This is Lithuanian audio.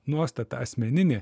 nuostata asmeninė